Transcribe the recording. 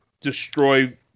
Destroy